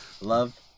Love